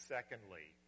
Secondly